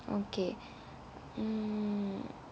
okay mm